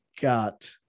got